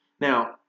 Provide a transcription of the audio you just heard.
Now